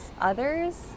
others